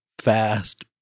fast